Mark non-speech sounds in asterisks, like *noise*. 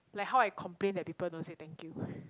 like how I complain that people don't say thank you *breath*